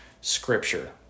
scripture